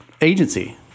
agency